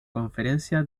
conferencia